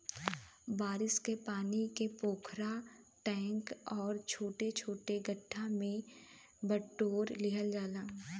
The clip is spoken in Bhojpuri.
बारिश के पानी के पोखरा, टैंक आउर छोटा मोटा गढ्ढा में बटोर लिहल जाला